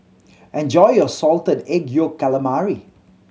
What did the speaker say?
enjoy your Salted Egg Yolk Calamari